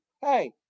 hey